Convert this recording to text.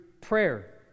prayer